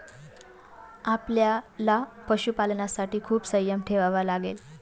आपल्याला पशुपालनासाठी खूप संयम ठेवावा लागेल